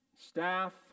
staff